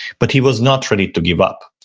but he was not ready to give up.